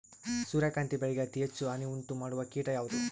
ಸೂರ್ಯಕಾಂತಿ ಬೆಳೆಗೆ ಅತೇ ಹೆಚ್ಚು ಹಾನಿ ಉಂಟು ಮಾಡುವ ಕೇಟ ಯಾವುದು?